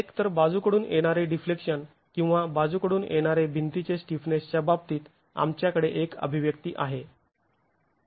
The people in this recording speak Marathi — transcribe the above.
एक तर बाजूकडून येणारे डिफ्लेक्शन किंवा बाजूकडून येणारे भिंतीचे स्टिफनेसच्या बाबतीत आमच्याकडे एक अभिव्यक्ती आहे